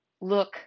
look